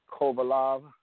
Kovalov